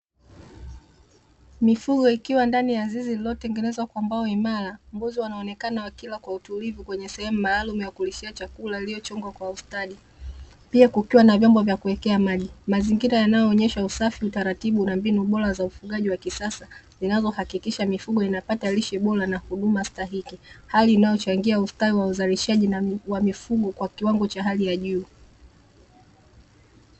Mifugo ikiwa ndani ya zizi lililotengenezwa kwa mbao imara, mbuzi wananaonekana wakila kwa utulivu kwenye sehemu maalum ya kulishia chakula iliyo chongwa kwa ustadi. Pia kukiwa na vyombo vya kuwekea maji. Mazingira yanayoonyesha usafi, utaratibu na mbinu bora za ufugaji wa kisasa, zinazohakikisha mifugo inapata lishe bora na huduma stahiki, hali inayochangia ustawi wa uzalishaji wa mifugo kwa kiwango cha hali ya juu.